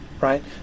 right